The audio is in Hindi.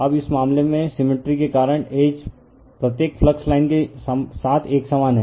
अब इस मामले में सिमिट्री के कारण H प्रत्येक फ्लक्स लाइन के साथ एक समान है